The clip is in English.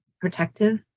protective